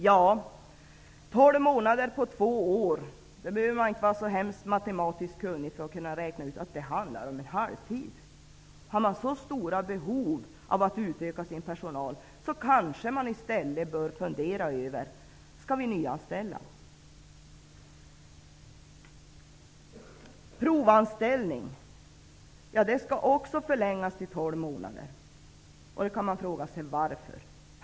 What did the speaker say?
Med tolv månader på två år behöver man inte vara så hemskt matematiskt kunnig för att kunna räkna ut att det handlar om halvtid. Har man så stora behov av att utöka sin personal, kanske man i stället bör fundera över om man inte skulle nyanställa. Också provanställningen skall förlängas till tolv månader. Man kan fråga: Varför?